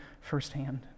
firsthand